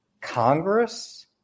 Congress